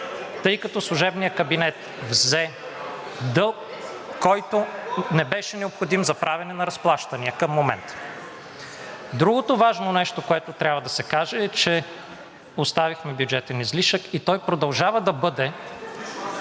тъй като служебният кабинет взе дълг, който не беше необходим за правене на разплащания към момента. Другото важно нещо, което трябва да се каже, е, че оставихме бюджетен излишък и той продължава да бъде